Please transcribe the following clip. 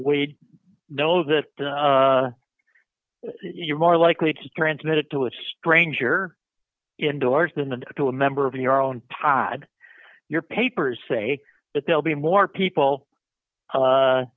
we know that you're more likely to transmit it to a stranger indoors than to a member of your own pad your papers say that they'll be more people